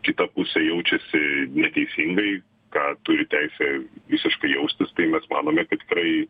kita pusė jaučiasi teisingai ką turi teisę visiškai jaustis tai mes manome kad tikrai